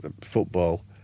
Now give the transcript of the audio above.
football